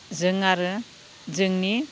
जों आरो जोंनि